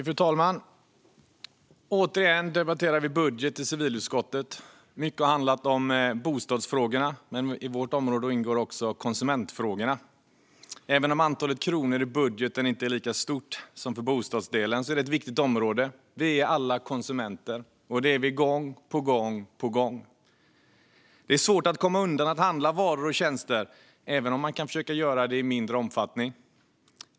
Fru talman! Återigen debatterar vi budget i civilutskottet. Mycket har handlat om bostadsfrågorna, men i vårt område ingår även konsumentfrågorna. Även om antalet kronor i budgeten inte är lika stort som för bostadsdelen är det ett viktigt område. Vi är alla konsumenter, och det är vi gång på gång. Det är svårt att komma undan att handla varor och tjänster, även om man kan försöka göra det i mindre omfattning.